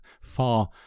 far